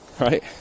right